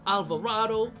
Alvarado